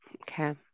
Okay